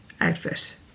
outfit